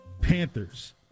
Panthers